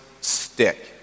stick